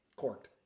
Corked